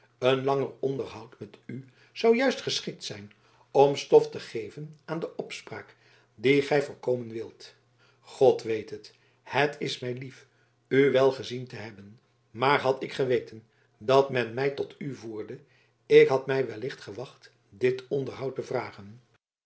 een langer onderhoud met u zou juist geschikt zijn om stof te geven aan de opspraak die gij voorkomen wilt god weet het het is mij lief u wèl gezien te hebben maar had ik geweten dat men mij tot u voerde ik had mij wel gewacht dit onderhoud te vragen